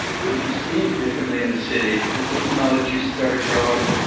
what are you seeing differently in the city now that you've started growing?